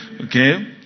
Okay